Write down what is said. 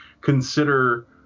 consider